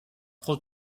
pro